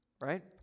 right